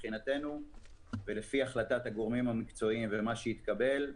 ולפי החלטת הגורמים המקצועיים ומה שיתקבל,